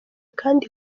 kandi